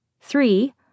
three